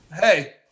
hey